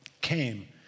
came